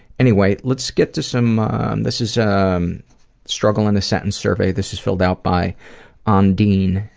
anyway, let's get to some and this is a um struggle in a sentence survey. this is filled out by ondine,